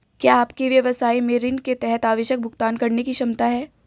क्या आपके व्यवसाय में ऋण के तहत आवश्यक भुगतान करने की क्षमता है?